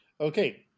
okay